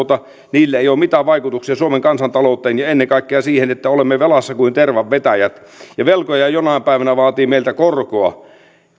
niillä ei ole mitään vaikutuksia suomen kansantalouteen ja ennen kaikkea siihen että olemme velassa kuin tervanvetäjät ja velkoja jonain päivänä vaatii meiltä korkoa niin